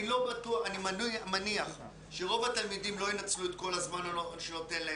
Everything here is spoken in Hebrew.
אני מניח שרוב התלמידים לא ינצלו את כל הזמן שיינתן להם,